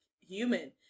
human